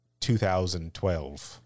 2012